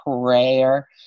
prayer